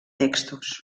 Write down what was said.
textos